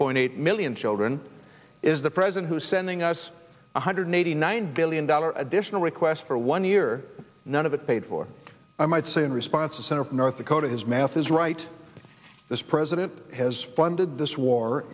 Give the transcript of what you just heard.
point eight million children is the president who's sending us one hundred eighty nine billion dollars additional requests for one year none of it paid for i might say in response to senator murtha's his math is right this president has funded this war